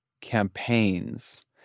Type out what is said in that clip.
campaigns